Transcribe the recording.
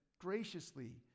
graciously